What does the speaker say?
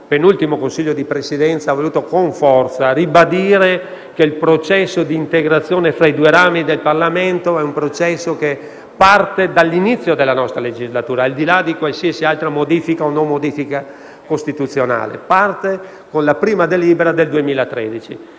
penultimo Consiglio di Presidenza, ha voluto con forza ribadire che il processo di integrazione tra i due rami del Parlamento è partito all'inizio della nostra legislatura, al di là di qualsiasi modifica costituzionale. È partito con la prima delibera del 2013.